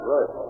Right